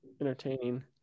entertaining